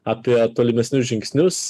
apie tolimesnius žingsnius